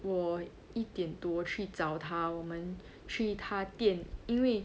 我一点多去找她我们去她店因为